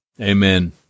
Amen